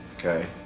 okay.